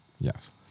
Yes